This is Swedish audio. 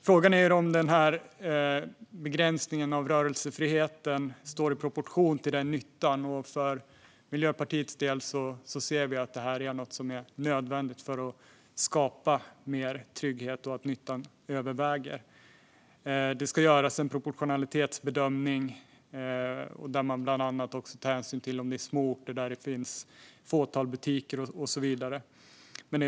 Frågan är om denna begränsning av rörelsefriheten står i proportion till nyttan. För Miljöpartiets del ser vi att detta är nödvändigt för att skapa mer trygghet och att nyttan överväger. En proportionalitetsbedömning ska göras där man bland annat tar hänsyn till om det är små orter med ett fåtal butiker och så vidare.